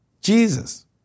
Jesus